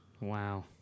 Wow